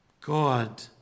God